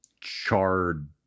charred